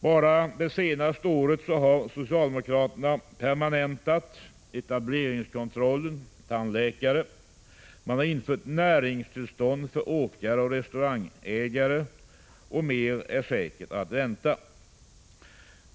Bara under det senaste året har socialdemokraterna permanentat etableringskontrollen för tandläkare samt infört näringstillstånd vad gäller åkare och restaurangägare. Och mer är säkert att vänta.